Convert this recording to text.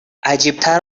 عجیبتر